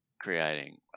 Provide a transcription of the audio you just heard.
creating